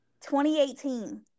2018